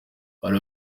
hari